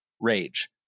rage